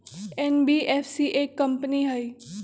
NBFC एक company हई?